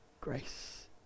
grace